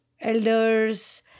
elders